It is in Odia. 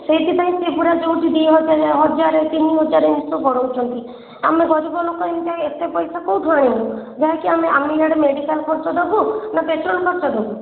ସେଇଥିପାଇଁ ସେ ପୁରା ଯେଉଁଠି ଦୁଇ ହଜାରେ ହଜାରେ ତିନି ହଜାରେ ଏମିତି ସବୁ ବଢ଼ଉଛନ୍ତି ଆମେ ଗରିବଲୋକ ଏମିତିକା ଏତେ ପଇସା କେଉଁଠୁ ଆଣିବୁ ଯାହାକି ଆମେ ଆମେ ଇଆଡ଼େ ମେଡ଼ିକାଲ୍ ଖର୍ଚ୍ଚ ଦେବୁ ନା ପେଟ୍ରୋଲ୍ ଖର୍ଚ୍ଚ ଦେବୁ